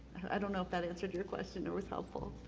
i don't know if that answered your question or was helpful,